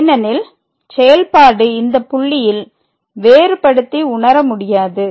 ஏனெனில் செயல்பாடு இந்தப் புள்ளியில் வேறுபடுத்தி உணர முடியாது